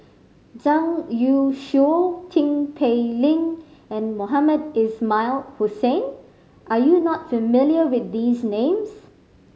Zhang Youshuo Tin Pei Ling and Mohamed Ismail Hussain are you not familiar with these names